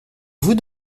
vous